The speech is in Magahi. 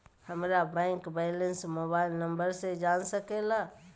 हमारा बैंक बैलेंस मोबाइल नंबर से जान सके ला?